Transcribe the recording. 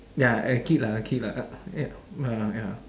ya a kid lah a kid lah uh ya